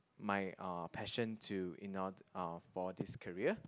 my uh passion to you know for this career